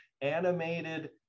animated